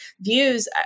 views